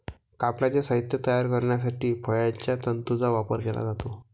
कापडाचे साहित्य तयार करण्यासाठी फळांच्या तंतूंचा वापर केला जातो